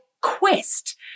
quest